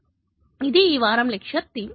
కాబట్టి ఇది ఈ వారం లెక్చర్ థీమ్